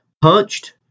punched